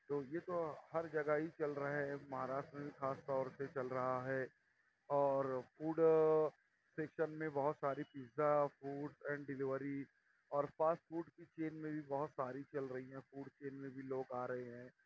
تو یہ تو ہر جگہ ہی چل رہے ہیں مہاراسٹر میں خاص طور سے چل رہا ہے اور فوڈ سیکشن میں بہت ساری پزا فوڈ اینڈ ڈیلیوری اور فاسٹ فوڈ کی چین میں بھی بہت ساری چل رہی ہیں فوڈ چین بھی میں لوگ آ رہے ہیں